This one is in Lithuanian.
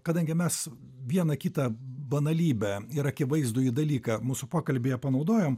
kadangi mes vieną kitą banalybę ir akivaizdųjį dalyką mūsų pokalbyje panaudojom